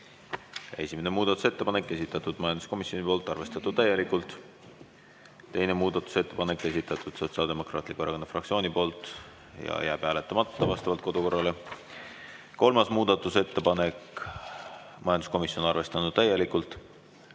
Esimene muudatusettepanek, esitanud majanduskomisjon, arvestada täielikult. Teine muudatusettepanek, esitanud Sotsiaaldemokraatliku Erakonna fraktsioon ja jääb hääletamata vastavalt kodukorrale. Kolmas muudatusettepanek, majanduskomisjon, arvestatud täielikult.